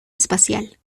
espacial